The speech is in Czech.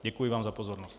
Děkuji vám za pozornost.